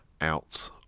out